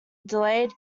delayed